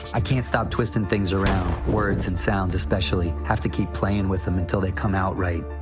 i can't stop twisting things around. words and sounds especially. have to keep playing with them until they come out right.